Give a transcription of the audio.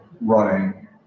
running